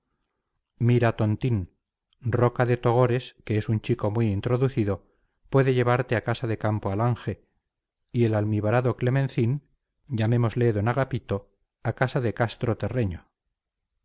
mira tontín roca de togores que es un chico muy introducido puede llevarte a casa de campo alange y el almibarado clemencín llamémosle d agapito a casa de castro terreño